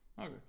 Okay